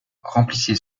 remplissez